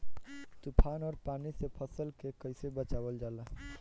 तुफान और पानी से फसल के कईसे बचावल जाला?